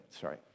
Sorry